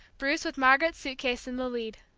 bruce, with margaret's suit-case, in the lead.